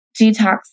detox